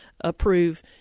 approve